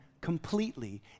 completely